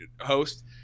host